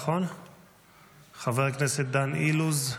חבר הכנסת דן אילוז,